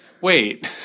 wait